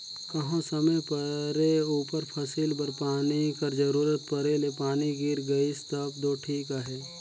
कहों समे परे उपर फसिल बर पानी कर जरूरत परे ले पानी गिर गइस तब दो ठीक अहे